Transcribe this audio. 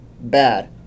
bad